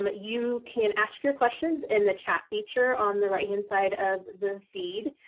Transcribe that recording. but you can ask your questions in the chat feature on the right-hand side of the feed.